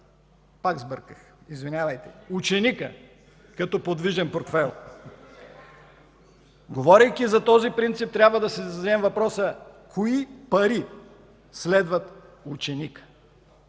„Превръщане на ученика като подвижен портфейл”. Говорейки за този принцип, трябва да си зададем въпроса: кои пари следват ученика?